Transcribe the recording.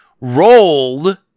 rolled